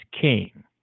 king